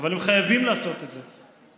אבל הם חייבים לעשות את זה.